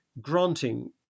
granting